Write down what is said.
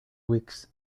weeks